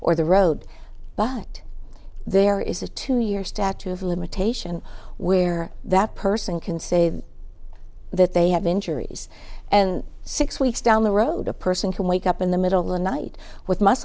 or the road but there is a two year statute of limitation where that person can say that they have injuries and six weeks down the road a person could wake up in the middle of the night with m